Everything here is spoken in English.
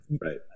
right